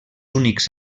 únics